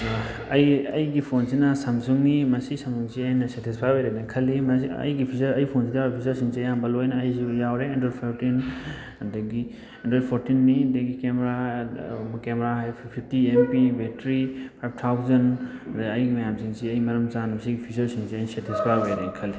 ꯑꯩ ꯑꯩꯒꯤ ꯐꯣꯟꯁꯤꯅ ꯁꯦꯝꯁꯨꯡꯅꯤ ꯃꯁꯤ ꯁꯦꯝꯁꯨꯡꯁꯦ ꯑꯩꯅ ꯁꯦꯇꯤꯁꯐꯥꯏꯠ ꯑꯣꯏꯔꯦꯅ ꯈꯜꯂꯤ ꯃꯁꯤ ꯑꯩꯒꯤ ꯐꯤꯆꯔ ꯑꯩꯒꯤ ꯐꯣꯟꯁꯤꯗ ꯌꯥꯎꯔꯤꯕ ꯐꯤꯆꯔꯁꯤꯡꯁꯦ ꯑꯌꯥꯝꯕ ꯂꯣꯏꯅ ꯑꯩꯁꯨ ꯌꯥꯎꯔꯦ ꯑꯦꯟꯗ꯭ꯔꯣꯗ ꯐꯣꯔꯇꯤꯟ ꯑꯗꯒꯤ ꯑꯦꯟꯗ꯭ꯔꯦꯗ ꯐꯣꯔꯇꯤꯟꯅꯤ ꯑꯗꯒꯤ ꯀꯦꯃꯦꯔꯥ ꯀꯦꯃꯦꯔꯥ ꯍꯥꯏꯔꯦ fifty MP battery five thousand ꯑꯗ ꯑꯩꯒꯤ ꯃꯌꯥꯝꯁꯤꯡꯁꯤ ꯑꯩ ꯃꯔꯝ ꯆꯥꯅ ꯁꯤꯒꯤ ꯐꯤꯆꯔꯁꯤꯡꯁꯦ ꯑꯩꯅ ꯁꯦꯇꯤꯁꯐꯥꯏꯠ ꯑꯣꯏꯔꯦ ꯈꯜꯂꯤ